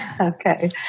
okay